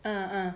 uh uh